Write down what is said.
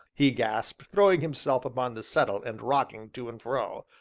he gasped, throwing himself upon the settle and rocking to and fro,